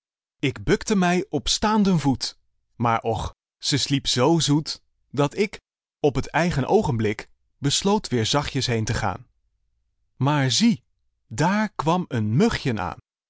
ik bukte mij op staanden voet maar och ze sliep zoo zoet dat ik op t eigen oogenblik besloot weer zachtjes heen te gaan maar zie daar kwam een mugjen aan